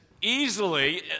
easily